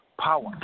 power